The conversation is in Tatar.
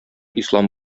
ислам